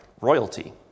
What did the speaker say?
royalty